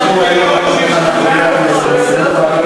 היא שכנעה אותי להצביע נגד.